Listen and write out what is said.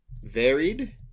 varied